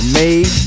made